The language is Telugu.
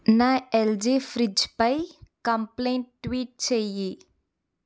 నా ఎల్జీ ఫ్రిడ్జ్పై కంప్లైంట్ ట్వీట్ చెయ్యి